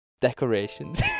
decorations